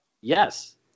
yes